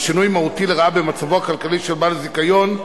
שינוי מהותי לרעה במצבו הכלכלי של בעל הזיכיון,